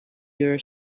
your